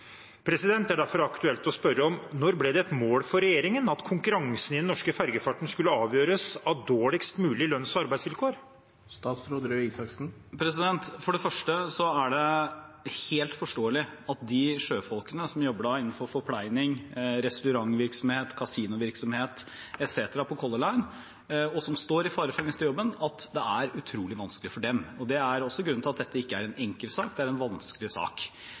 Det er derfor aktuelt å spørre: Når ble det et mål for regjeringen at konkurransen i den norske ferjefarten skal avgjøres av dårligst mulige lønns- og arbeidsvilkår? For det første er det helt forståelig at det er utrolig vanskelig for de sjøfolkene som jobber innenfor forpleining, restaurantvirksomhet, kasinovirksomhet etc. for Color Line, og som står i fare for å miste jobben. Det er også grunnen til at dette ikke er en enkel sak. Det er en vanskelig sak.